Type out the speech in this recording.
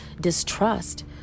distrust